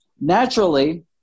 Naturally